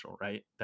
right